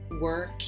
work